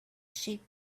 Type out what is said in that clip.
sheep